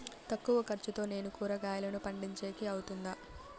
తక్కువ ఖర్చుతో నేను కూరగాయలను పండించేకి అవుతుందా?